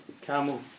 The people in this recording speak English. Camel